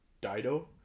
Dido